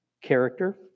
character